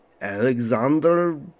Alexander